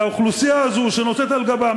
והאוכלוסייה הזו נושאת על גבה,